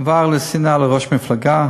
עבר לשנאה לראש מפלגה,